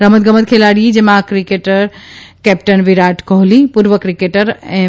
રમતગમત ખેલાડીએ જેમાં ક્રિકેટ કેપ્ટન વિરાટ ક્રોહલી પૂર્વ ક્રિકેટર અને એમ